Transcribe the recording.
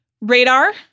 Radar